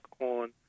on